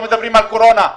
לא מדברים על קורונה.